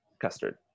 custard